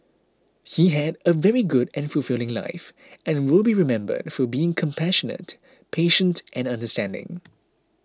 he had a very good and fulfilling life and will be remembered for being compassionate patient and understanding